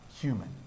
human